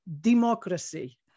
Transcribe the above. democracy